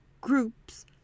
groups